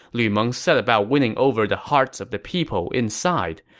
lu meng set about winning over the hearts of the people inside.